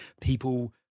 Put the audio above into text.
people